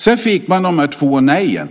Sedan fick man de här två nejen.